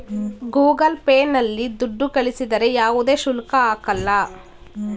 Google Pay ನಲ್ಲಿ ದುಡ್ಡು ಕಳಿಸಿದರೆ ಯಾವುದೇ ಶುಲ್ಕ ಹಾಕಲ್ಲ